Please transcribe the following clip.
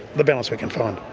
the balance we can find.